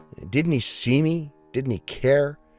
didn't he see me? didn't he care?